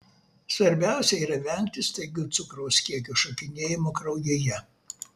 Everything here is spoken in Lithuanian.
svarbiausia yra vengti staigių cukraus kiekio šokinėjimų kraujyje